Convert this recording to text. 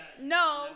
No